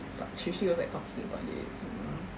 so rishi was like talking about it semalam